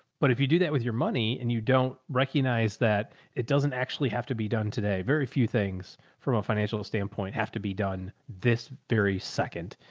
but if you do that with your money and you don't recognize that it doesn't actually have to be done today, very few things from a financial standpoint have to be done this very second.